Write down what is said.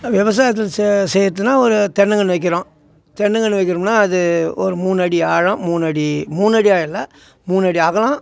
விவசாயத்தில் சே செய்யிறதுனா ஒரு தென்னங்கன்று வைக்கிறோம் தென்னக்கன்று வைக்கிறோம்னால் அது ஒரு மூணு அடி ஆழம் மூணு அடி மூணு அடியாக இல்லை மூணு அடி அகலம்